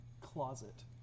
closet